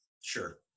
Sure